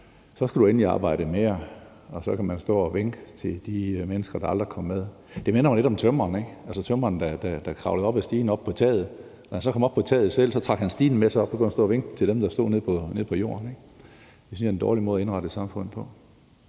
så skal du endelig arbejde mere, og så kan man stå og vinke til de mennesker, der aldrig kom med. Det minder mig lidt om tømreren, altså tømreren, der kravlede op ad stigen og op på taget, og når han så selv kom op på taget, trak han stigen med sig, og så kunne han stå og vinke til dem, der stod nede på jorden, ikke? Det synes jeg er en dårlig måde at indrette et samfund på.